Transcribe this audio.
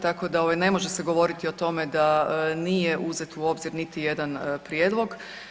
Tako da ovaj ne može se govoriti o tome da nije uzet u obzir niti jedan prijedlog.